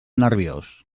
nerviós